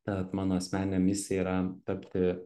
tad mano asmeninė misija yra tapti